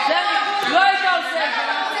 לא היית עושה את זה,